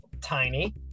Tiny